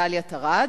מדליית ארד,